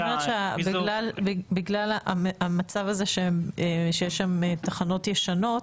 --- זאת אומרת שבגלל שיש שם תחנות ישנות